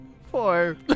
Four